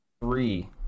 Three